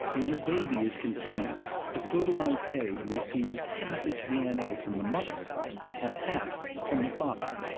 when a baby is conceived, the fertilized egg receives half its d n a. from the mother and half from the father,